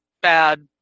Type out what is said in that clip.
bad